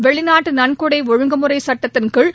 வெளிநாட்டு நன்கொடை ஒழுங்கு முறை சட்டத்தின் கீழ்